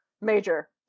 Major